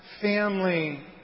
family